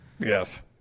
Yes